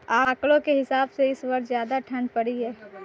आंकड़ों के हिसाब से इस वर्ष ज्यादा ठण्ड पड़ी है